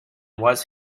was